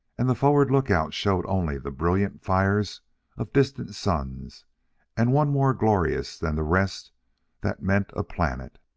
and the forward lookouts showed only the brilliant fires of distant suns and one more glorious than the rest that meant a planet.